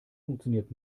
funktioniert